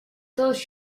tos